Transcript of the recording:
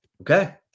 Okay